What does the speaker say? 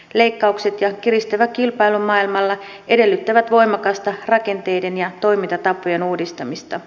leikkaukset ja kiristyvä kilpailu maailmalla edellyttävät voimakasta rakenteiden ja toimintatapojen uudistamista